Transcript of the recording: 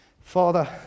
Father